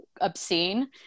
obscene